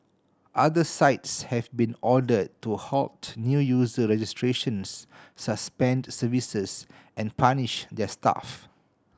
other sites have been ordered to halt new user registrations suspend services and punish their staff